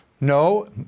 No